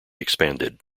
expanded